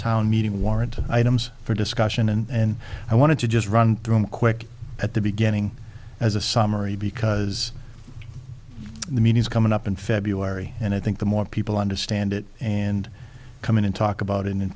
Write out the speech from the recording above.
town meeting warrant items for discussion and i wanted to just run through a quick at the beginning as a summary because the mean is coming up in february and i think the more people understand it and come in and talk about in and